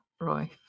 Roy